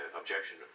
objection